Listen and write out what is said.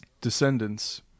descendants